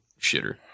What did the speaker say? shitter